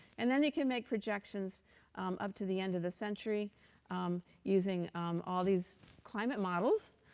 and then we can make projections up to the end of the century using all these climate models,